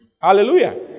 Hallelujah